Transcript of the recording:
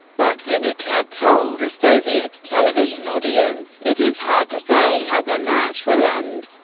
botvinnik had told a soviet television audience it is hard to say how their match will end,